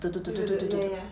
对呀